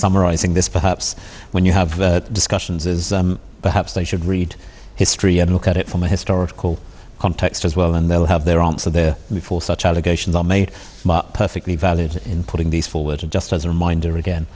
summarizing this perhaps when you have discussions is perhaps they should read history and look at it from a historical context as well and they'll have their answer there before such allegations are made perfectly valid in putting these forward just as a reminder again